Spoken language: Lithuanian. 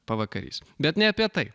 pavakarys bet ne apie tai